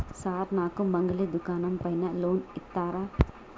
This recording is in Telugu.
సార్ నాకు మంగలి దుకాణం పైన లోన్ ఇత్తరా?